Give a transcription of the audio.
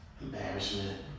embarrassment